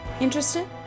Interested